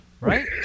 right